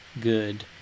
good